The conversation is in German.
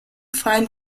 freien